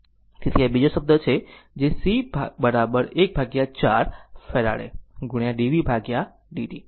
તેથી આ બીજો શબ્દ છે જે c 14 Farad d vd t